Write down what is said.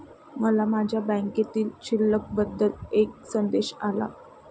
मला माझ्या बँकेतील शिल्लक बद्दल एक संदेश आला